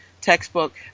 textbook